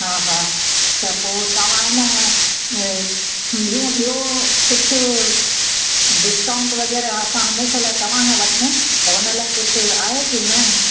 हा हा त पोइ तव्हां अ न ॿियूं ॿियो कुझु डिस्काउंट वगै़रह असां हमेशह लाइ तव्हां खां वठूं त उन लाइ कुझु आहे की न